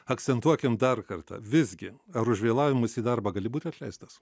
akcentuokim dar kartą visgi ar už vėlavimus į darbą gali būti atleistas